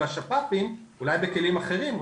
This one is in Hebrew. אולי בכלים אחרים,